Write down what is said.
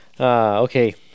Okay